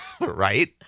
right